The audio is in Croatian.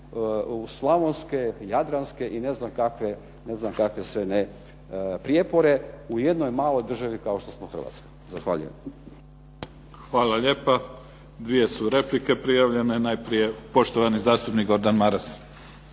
u slavonske, jadranske i ne znam kakve sve ne prijepore u jednoj maloj državi kao što je Hrvatska. Zahvaljujem. **Mimica, Neven (SDP)** Hvala lijepa. Dvije su replike prijavljene. Najprije poštovani zastupnik Gordan Maras.